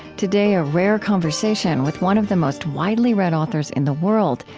today, a rare conversation with one of the most widely read authors in the world,